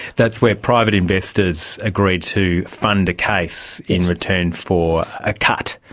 that's where private investors agree to fund a case in return for a cut.